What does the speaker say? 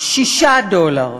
6 דולר.